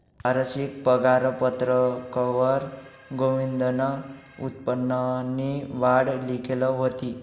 वारशिक पगारपत्रकवर गोविंदनं उत्पन्ननी वाढ लिखेल व्हती